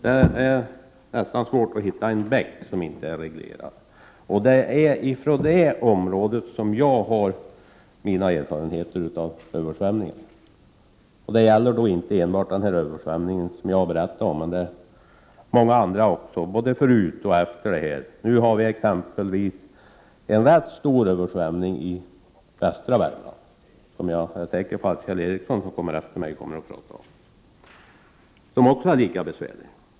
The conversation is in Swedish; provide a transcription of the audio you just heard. Det är nästan svårt att hitta en bäck som inte är reglerad, och det är från det området jag har mina erfarenheter av översvämningar — och jag talar då inte enbart om den översvämning som jag redan har berört; det har inträffat många andra, både före och efter den. Nu har vi exempelvis en rätt stor översvämning i västra Värmland, som jag är säker på att Kjell Ericsson, som följer efter mig på talarlistan, kommer att tala om och som också är bevärlig.